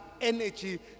energy